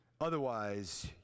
Otherwise